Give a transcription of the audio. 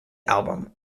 album